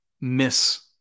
miss